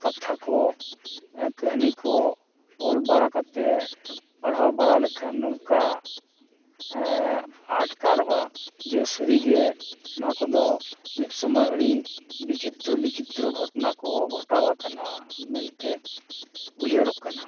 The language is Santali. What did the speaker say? ᱠᱟᱛᱷᱟ ᱠᱚ ᱠᱟᱹᱦᱱᱤ ᱠᱚ ᱚᱞ ᱵᱟᱲᱟ ᱠᱟᱛᱮᱫ ᱯᱟᱲᱦᱟᱣ ᱵᱟᱲᱟ ᱞᱮᱠᱷᱟᱱ ᱱᱚᱝᱠᱟ ᱟᱴᱠᱟᱨᱚᱜᱼᱟ ᱡᱮ ᱥᱟᱹᱨᱤ ᱜᱮ ᱱᱚᱣᱟ ᱠᱚᱫᱚ ᱢᱤᱫ ᱥᱚᱢᱚᱭ ᱟᱹᱰᱤ ᱵᱤᱪᱤᱛᱨᱚ ᱵᱤᱪᱤᱛᱨᱚ ᱜᱷᱚᱴᱚᱱᱟ ᱠᱚ ᱜᱷᱴᱟᱣ ᱟᱠᱟᱱᱟ ᱢᱮᱱᱛᱮᱫ ᱩᱭᱦᱟᱹᱨᱚᱜ ᱠᱟᱱᱟ